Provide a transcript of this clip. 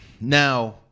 Now